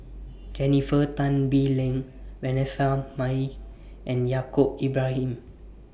Jennifer Tan Bee Leng Vanessa Mae and Yaacob Ibrahim